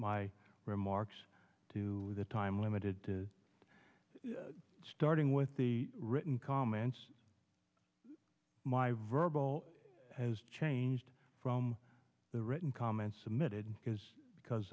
my remarks to the time limited to starting with the written comments verbal has changed from the written comments submitted is because